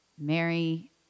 Mary